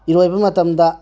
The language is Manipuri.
ꯏꯔꯣꯏꯕ ꯃꯇꯝꯗ